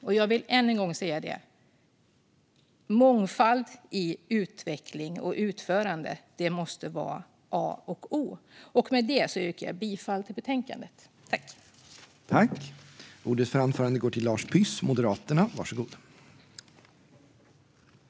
Och jag vill än en gång säga detta: Mångfald i utveckling och utförande måste vara A och O. Med det yrkar jag bifall till utskottets förslag i utlåtandet.